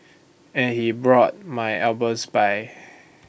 and he brought my albums by